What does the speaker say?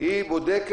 הבידוד.